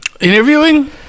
Interviewing